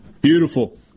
Beautiful